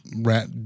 Rat